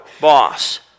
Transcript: boss